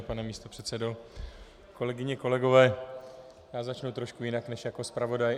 Pane místopředsedo, kolegyně, kolegové, já začnu trošku jinak než jako zpravodaj.